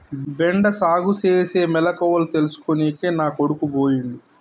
బెండ సాగుసేనే మెలకువల తెల్సుకోనికే నా కొడుకు పోయిండు